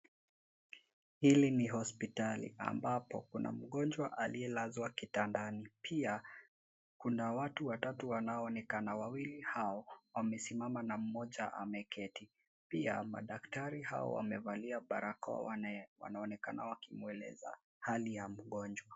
Hili ni hospitali ambapo kuna mgonjwa aliyelazwa kitandani. Pia kuna watu watatu wanaoonekana. Wawili hao wamesimama na mmoja ameketi. Pia madaktari hao wamevalia barakoa wanaonekana wakimweleza hali ya mgonjwa.